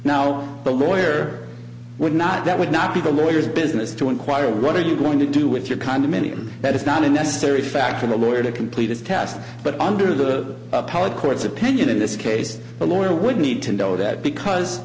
now the lawyer would not that would not be the lawyers business to inquire what are you going to do with your condominium that is not a necessary fact for the lawyer to complete his task but under the appellate court's opinion in this case a lawyer would need to know that because